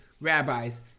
rabbis